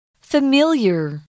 Familiar